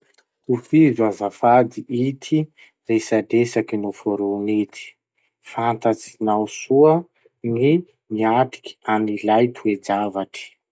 Tohizo azafady ity resadresaky noforogny ity: fantatsinao soa ny niatriky an'ilay toe-javatry.